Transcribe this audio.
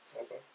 Okay